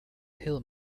hill